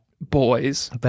boys